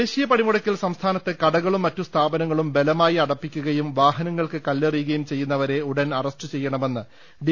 ദേശീയ പണിമുടക്കിൽ സംസ്ഥാനത്ത് കുടകളും മറ്റു സ്ഥാപനങ്ങളും ബലമായി അടപ്പിക്കുകയും വാഹനങ്ങൾക്ക് കല്ലെറിയുകയും ചെയ്യുന്നവരെ ഉടൻ അറസ്റ്റ് ചെയ്യണമെന്ന് ഡി